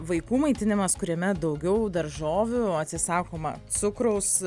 vaikų maitinimas kuriame daugiau daržovių atsisakoma cukraus